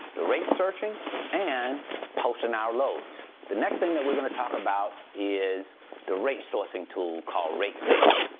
the rate searching and posting our loads. the next thing that we're gonna talk about is the rate sourcing tool, called rate mate.